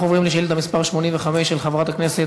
אנחנו עוברים לשאילתה מס' 85 של חברת הכנסת